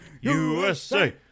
USA